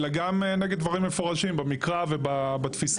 אלא גם נגד דברים מפורשים במקרא ובתפיסה.